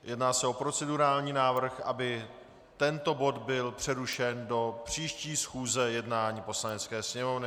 Jedná se o procedurální návrh, aby tento bod byl přerušen do příští schůze jednání Poslanecké sněmovny.